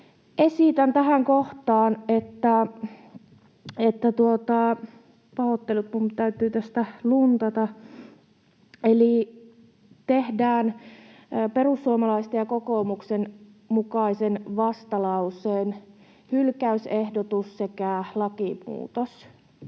täytyy tästä luntata. Eli tehdään perussuomalaisten ja kokoomuksen vastalauseen mukainen hylkäysehdotus sekä lakimuutos.